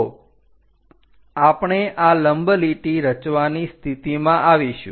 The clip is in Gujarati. તો આપણે આ લંબ લીટી રચવાની સ્થિતિમાં આવીશું